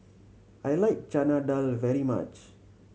I like Chana Dal very much